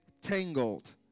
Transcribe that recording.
tangled